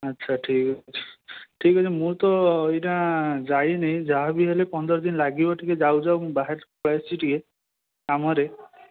ଆଚ୍ଛା ଠିକ୍ଅଛି ଠିକ୍ଅଛି ମୁଁ ତ ଏଇନା ଯାଇନି ଯାହାବି ହେଲେ ପନ୍ଦର ଦିନ ଲାଗିବ ଟିକିଏ ଯାଉ ଯାଉ ମୁଁ ବାହାରକୁ ପଳାଇ ଆସିଛି ଟିକିଏ କାମରେ